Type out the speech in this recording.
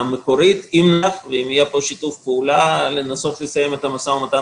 המקורית שלי היא לנסות ולסיים את המשא ומתן